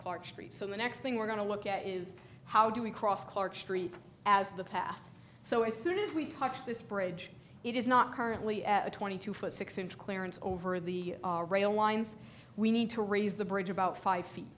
clark street so the next thing we're going to look at is how do we cross clark street as the path so as soon as we touch this bridge it is not currently at a twenty two foot six inch clearance over the rail lines we need to raise the bridge about five feet